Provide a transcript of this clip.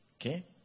okay